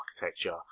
architecture